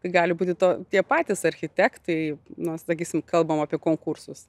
tai gali būti to tie patys architektai no sakysim kalbam apie konkursus